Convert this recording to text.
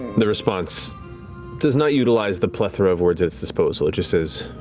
the response does not utilize the plethora of words at its disposal. it just says,